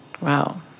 Wow